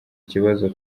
kibazo